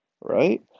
right